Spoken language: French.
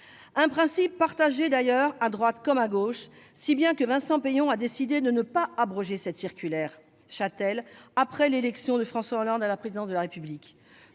Un principe, du reste, partagé à droite comme à gauche, si bien que Vincent Peillon décida de ne pas abroger la circulaire Chatel, après l'élection de François Hollande à la présidence de la République.